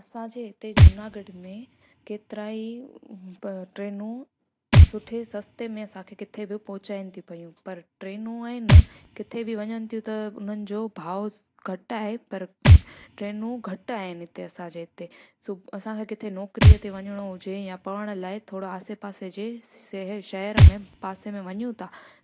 असांजे हिते जूनागढ में केतिरा ई ट्रेनूं सुठे सस्ते में असांखे किथे बि पहुचाइनि थी पियूं पर ट्रेनूं आहिनि न किथे बि वञनि थियूं त हुननि जो भाओ घटि आहे पर ट्रेनूं घटि आहिनि असांजे हिते सुबुहु असांखे किथे नौकिरीअ ते वञिणो हुजे या पढ़ण लाइ थोरा आसे पासे जे शहर शहर में पासे में वञूं था